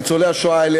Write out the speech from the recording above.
ניצולי השואה האלה,